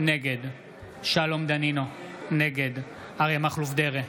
נגד שלום דנינו, נגד אריה מכלוף דרעי,